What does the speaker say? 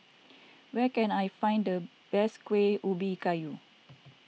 where can I find the best Kueh Ubi Kayu